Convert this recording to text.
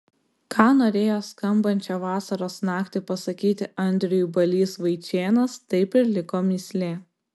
ką norėjo skambančią vasaros naktį pasakyti andriui balys vaičėnas taip ir liko mįslė